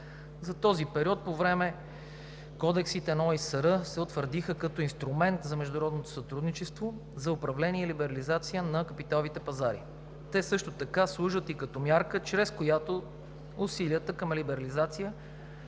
За този период от време Кодексите на ОИСР се утвърдиха като инструмент за международно сътрудничество за управление и либерализация на капиталовите пазари. Те също така служат и като мярка, чрез която усилията към либерализация